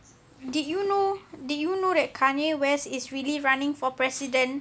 did you know did you know that kanye west is really running for president